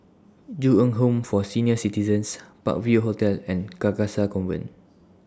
Ju Eng Home For Senior Citizens Park View Hotel and Carcasa Convent